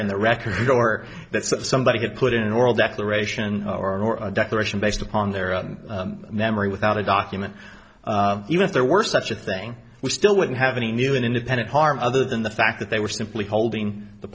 in the record or that somebody could put in an oral declaration or a declaration based upon their memory without a document even if there were such a thing we still wouldn't have any new an independent harm other than the fact that they were simply holding the